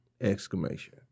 exclamation